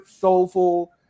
soulful